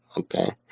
okay?